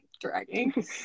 Dragging